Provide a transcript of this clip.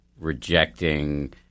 rejecting